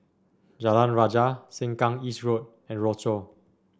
Jalan Rajah Sengkang East Road and Rochor